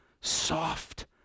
soft